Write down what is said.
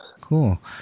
cool